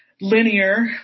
linear